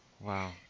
Wow